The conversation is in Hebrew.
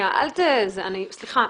סליחה,